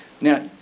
Now